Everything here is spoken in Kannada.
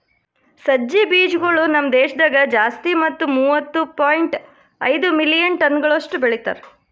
ಸಜ್ಜಿ ಬೀಜಗೊಳ್ ನಮ್ ದೇಶದಾಗ್ ಜಾಸ್ತಿ ಮತ್ತ ಮೂವತ್ತು ಪಾಯಿಂಟ್ ಐದು ಮಿಲಿಯನ್ ಟನಗೊಳಷ್ಟು ಬೆಳಿತಾರ್